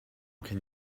can